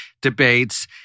debates